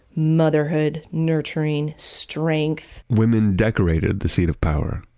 motherhood, nurturing, strength. women decorated the seat of power,